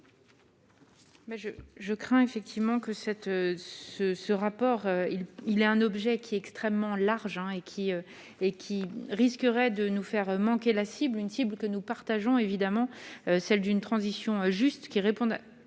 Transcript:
je crains effectivement que cette ce ce rapport il il est un objet qui est extrêmement l'argent et qui, et qui risqueraient de nous faire manquer la cible une cible que nous partageons évidemment celle d'une transition juste qui répondaient